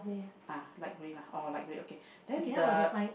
ah light grey lah oh light grey okay then the